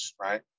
right